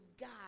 God